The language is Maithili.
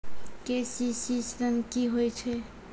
के.सी.सी ॠन की होय छै?